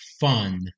fun